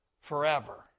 forever